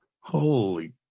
Holy